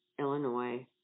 Illinois